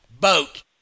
boat